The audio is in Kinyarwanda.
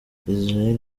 israel